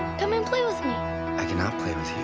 come and play with me i cannot play with